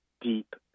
deep